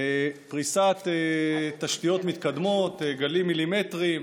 פריסת תשתיות מתקדמות, גלים מילימטריים,